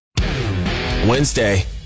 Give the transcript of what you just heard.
Wednesday